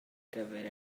gyfer